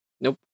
Nope